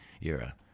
era